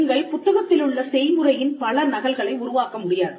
நீங்கள் புத்தகத்திலுள்ள செய்முறையின் பல நகல்களை உருவாக்க முடியாது